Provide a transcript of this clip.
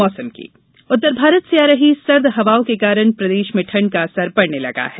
मौसम उत्तर भारत से आ रही सर्द हवाओं के कारण प्रदेश में ठंड का असर पड़ने लगा है